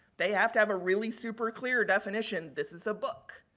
they have to have a really super clear definition. this is a book.